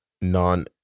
non